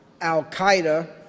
al-Qaeda